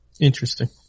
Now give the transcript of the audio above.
Interesting